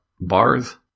bars